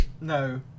No